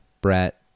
Brett